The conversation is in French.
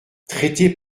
traité